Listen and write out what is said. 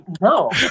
No